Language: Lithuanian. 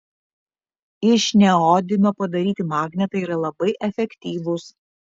iš neodimio padaryti magnetai yra labai efektyvūs